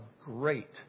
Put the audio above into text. great